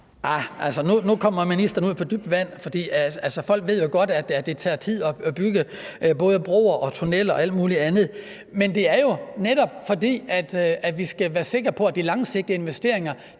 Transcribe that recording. nu kommer ministeren ud på dybt vand, for folk ved jo godt, at det tager tid at bygge både broer og tunneler og alt muligt andet. Men det er jo netop, fordi vi skal være sikre på, at de langsigtede investeringer